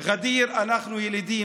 ע'דיר, אנחנו ילידים.